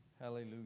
Hallelujah